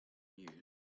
you